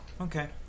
okay